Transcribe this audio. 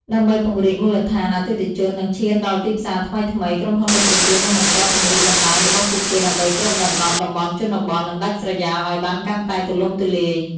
ដើម្បីពង្រីកមូលដ្ឋានអតិថិជន និងឈានដល់ទីផ្សារថ្មីៗ ក្រុមហ៊ុនដឹកជញ្ជូននឹងបន្តពង្រីកបណ្តាញរបស់ពួកគេដើម្បីគ្របដណ្តប់តំបន់ជនបទ និងដាច់ស្រយាលឱ្យបានកាន់តែទូលំទូលាយ។